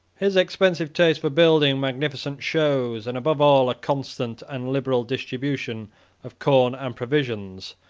his expensive taste for building, magnificent shows, and above all a constant and liberal distribution of corn and provisions,